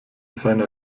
seiner